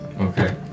Okay